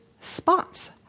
spots